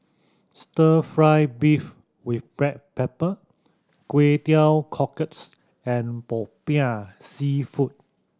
Stir Fry beef with black pepper Kway Teow Cockles and Popiah Seafood